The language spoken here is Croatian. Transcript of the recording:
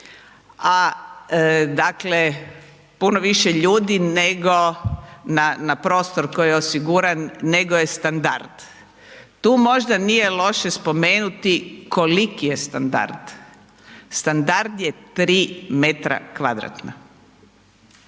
a dakle puno više ljudi nego na prostor koji je osiguran nego je standard. Tu možda nije loše spomenuti koliki je standard, standard je 3 m2. Dakle